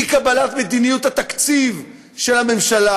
על אי-קבלת מדיניות התקציב של הממשלה,